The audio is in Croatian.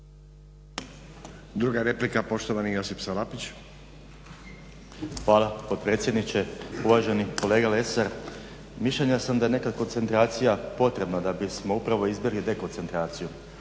Druga replika, poštovani Josip Salapić. **Salapić, Josip (HDSSB)** Hvala potpredsjedniče. Uvaženi kolega Lesar, mišljenja sam da je nekad koncentracija potrebna da bismo upravo izbjegli dekoncentraciju.